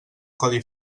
codi